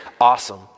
Awesome